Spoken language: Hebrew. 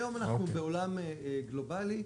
היום אנחנו בעולם גלובלי,